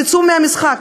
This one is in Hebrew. תצאו מהמשחק,